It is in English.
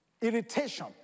Irritation